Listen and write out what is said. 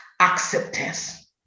acceptance